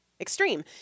extreme